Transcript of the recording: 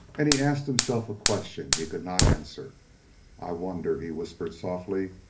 and he asked himself a question he could not answer i wonder, he whispered softly,